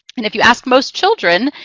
and if you ask most children,